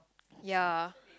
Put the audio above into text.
ya